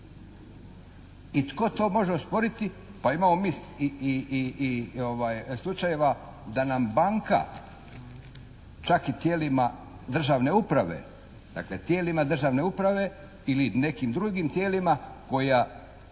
I tko to može osporiti? Pa imamo mi i slučajeva da nam banka čak i tijelima državne uprave, dakle tijelima državne uprave ili nekim drugim tijelima koja